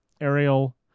Ariel